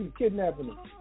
kidnapping